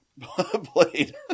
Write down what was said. played